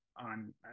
on